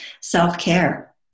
self-care